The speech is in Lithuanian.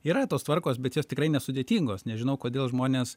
yra tos tvarkos bet jos tikrai nesudėtingos nežinau kodėl žmonės